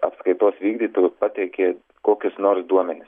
apskaitos vykdytojų pateikė kokius nors duomenis